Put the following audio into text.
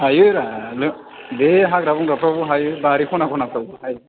हायो रा बे हाग्रा बंग्राफ्रावबो हायो बारि खना खनाफ्रावबो हायो